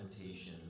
temptation